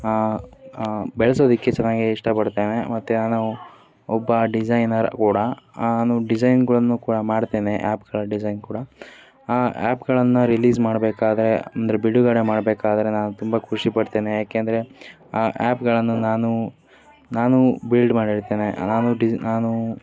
ಬೆಳೆಸೋದಕ್ಕೆ ಚೆನ್ನಾಗಿ ಇಷ್ಟಪಡ್ತೇನೆ ಮತ್ತೆ ನಾನು ಒಬ್ಬ ಡಿಸೈನರ್ ಕೂಡ ನಾನು ಡಿಸೈನ್ಗಳನ್ನೂ ಕೂಡ ಮಾಡ್ತೇನೆ ಆ್ಯಪ್ಗಳ ಡಿಸೈನ್ ಕೂಡ ಆ ಆ್ಯಪ್ಗಳನ್ನು ರಿಲೀಸ್ ಮಾಡಬೇಕಾದ್ರೆ ಅಂದರೆ ಬಿಡುಗಡೆ ಮಾಡಬೇಕಾದ್ರೆ ನಾನು ತುಂಬ ಖುಷಿ ಪಡ್ತೇನೆ ಏಕೆಂದ್ರೆ ಆ ಆ್ಯಪ್ಗಳನ್ನು ನಾನು ನಾನು ಬಿಲ್ಡ್ ಮಾಡಿರ್ತೇನೆ ನಾನು ಡಿ ನಾನು